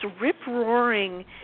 rip-roaring